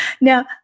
Now